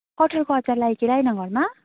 कटहरको अचार ल्यायो कि ल्याएन घरमा